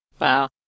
Wow